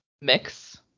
mix